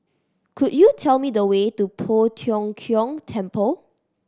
could you tell me the way to Poh Tiong Kiong Temple